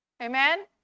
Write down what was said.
Amen